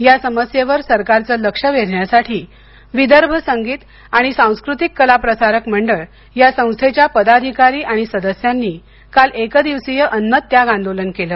या समस्येवर सरकारचे लक्ष वेधण्यासाठी विदर्भ संगीत आणि सांस्कृतीक कला प्रसारक मंडळ या संस्थेच्या पदाधिकारी आणि सदस्यांनी काल एक दिवसीय अन्नत्याग आंदोलन केलं